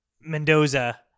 Mendoza